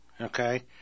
okay